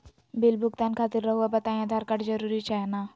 Bill भुगतान खातिर रहुआ बताइं आधार कार्ड जरूर चाहे ना?